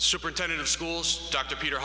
superintendent of schools dr peter